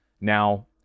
Now